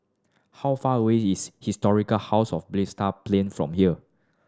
how far away is Historic House of Balestier Plains from here